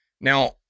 Now